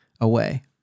away